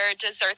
desserts